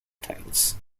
tanks